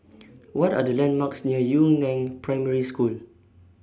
What Are The landmarks near Yu Neng Primary School